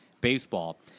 baseball